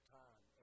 time